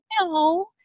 No